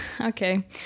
Okay